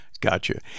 Gotcha